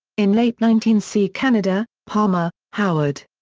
in late nineteen c canada palmer, howard.